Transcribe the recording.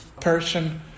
person